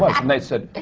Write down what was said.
but and they said,